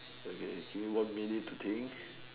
okay do you want one minute to think